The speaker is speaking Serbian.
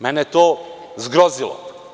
Mene je to zgrozilo.